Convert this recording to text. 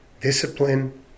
discipline